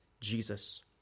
Jesus